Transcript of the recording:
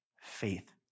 faith